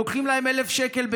לוקחים להם 1,000 שקל בשנה.